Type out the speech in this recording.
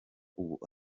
ubu